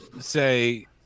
say